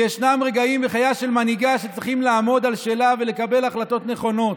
וישנם רגעים בחייה של מנהיגה שצריכה לעמוד על שלה ולקבל החלטות נכונות.